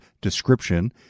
description